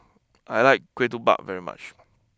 I like Ketupat very much